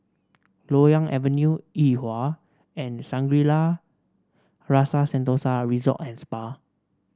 Loyang Avenue Yuhua and Shangri La Rasa Sentosa Resort And Spa